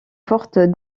forte